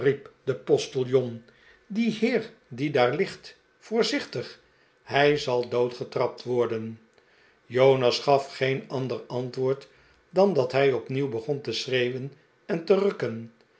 de postiljon die heer die daar ligt voorzichtig hij zal doodgetrapt worden jonas gaf geen ander antwoord dan dat hij opnieuw begon te schreeuwen en te rukken